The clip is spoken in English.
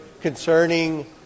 concerning